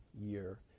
year